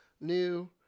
new